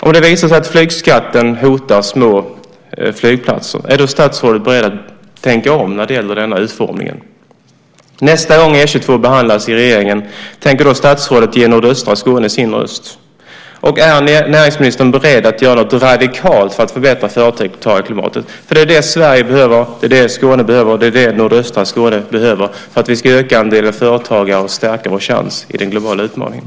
Om det visar sig att flygskatten hotar små flygplatser, är då statsrådet beredd att tänka om när det gäller denna utformning? Nästa gång E 22 behandlas i regeringen, tänker då statsrådet ge nordöstra Skåne sin röst? Och är näringsministern beredd att göra något radikalt för att förbättra företagarklimatet? För det är det Sverige behöver, det är det Skåne behöver, det är det nordöstra Skåne behöver för att vi ska öka andelen företagare och stärka vår chans i den globala utmaningen.